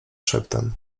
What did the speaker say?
szeptem